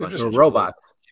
robots